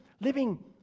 living